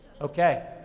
Okay